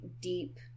deep